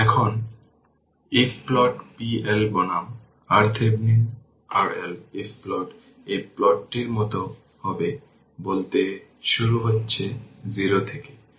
এখন if plot p L বনাম RThevenin RL if plot এই প্লটটির মত হবে বলতে শুরু হচ্ছে 0 থেকে